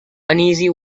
uneasy